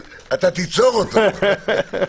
כל הכבוד לך, חגי.